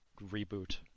reboot